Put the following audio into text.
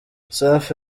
safi